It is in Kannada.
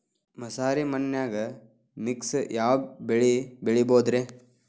ಮಸಾರಿ ಮಣ್ಣನ್ಯಾಗ ಮಿಕ್ಸ್ ಯಾವ ಬೆಳಿ ಬೆಳಿಬೊದ್ರೇ?